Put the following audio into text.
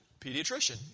pediatrician